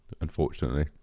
unfortunately